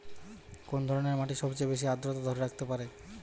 কোন ধরনের মাটি সবচেয়ে বেশি আর্দ্রতা ধরে রাখতে পারে?